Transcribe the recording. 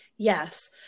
Yes